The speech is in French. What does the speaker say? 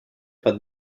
par